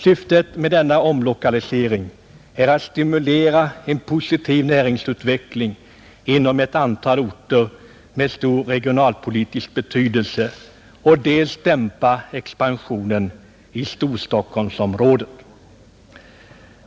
Syftet med denna omlokalisering är att dels stimulera en positiv näringsutveckling inom ett antal orter med stor regionalpolitisk betydelse, dels dämpa expansionen i Storstockholmsområdet.